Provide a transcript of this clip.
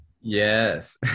Yes